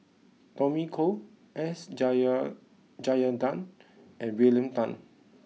Tommy Koh S Rajendran and William Tan